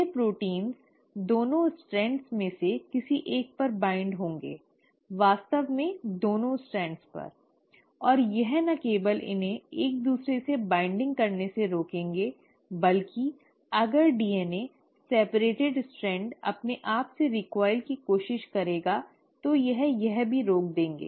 ये protein 2 strands में से किसी एक पर बाइंड होंगे वास्तव में दोनों स्ट्रैंड्स पर और यह न केवल इन्हें एक दूसरे से बाइंडिंग करने से रुकेंगे बल्कि अगर DNA अलग स्ट्रैंड् अपने आप से रिकॉइल् की कोशिश करेगा तो यह भी रोक देंगे